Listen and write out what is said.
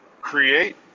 create